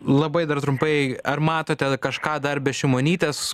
labai dar trumpai ar matote kažką dar be šimonytės